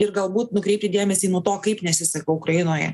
ir galbūt nukreipti dėmesį nuo to kaip nesiseka ukrainoje